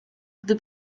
gdy